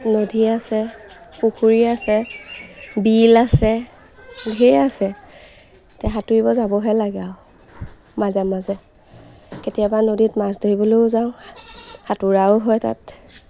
নদী আছে পুখুৰী আছে বিল আছে ধেৰ আছে এতিয়া সাঁতুৰিব যাবহে লাগে আৰু মাজে মাজে কেতিয়াবা নদীত মাছ ধৰিবলৈও যাওঁ সাঁতোৰাও হয় তাত